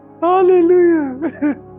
Hallelujah